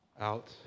out